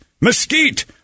mesquite